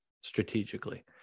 strategically